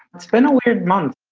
it's been a weird month.